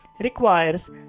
requires